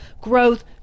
growth